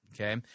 Okay